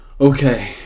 Okay